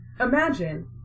Imagine